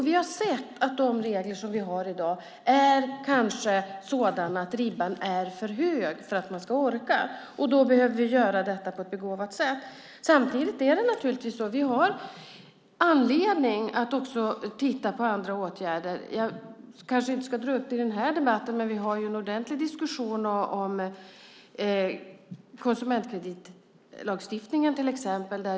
Vi har sett att de regler som vi har i dag kanske är sådana att ribban är för hög för att man ska orka. Då behöver vi göra detta på ett begåvat sätt. Samtidigt har vi naturligtvis anledning att också titta på andra åtgärder. Jag kanske inte ska dra upp det i den här debatten, men vi har en ordentlig diskussion om konsumentkreditlagstiftningen till exempel.